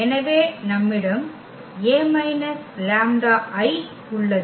எனவே நம்மிடம் A − λI உள்ளது